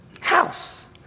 house